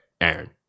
Aaron